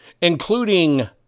including